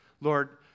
Lord